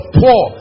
poor